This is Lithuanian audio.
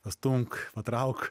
pastumk patrauk